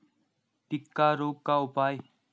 टिक्का रोग का उपाय?